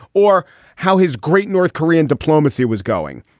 or how his great north korean diplomacy was going.